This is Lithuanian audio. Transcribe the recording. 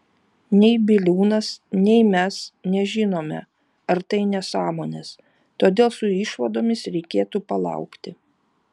nei biliūnas nei mes nežinome ar tai nesąmonės todėl su išvadomis reikėtų palaukti